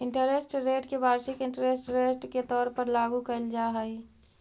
interest rate के वार्षिक interest rate के तौर पर लागू कईल जा हई